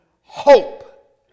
hope